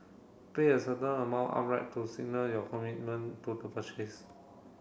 pay a certain amount to signal your commitment to the purchase